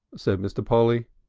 said mr. polly.